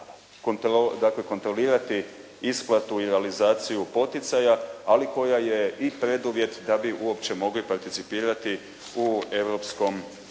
će kontrolirati isplatu i realizaciju poticaja, ali koja je i preduvjet da bi uopće mogli participirati u Europskom agrarnom